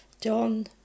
John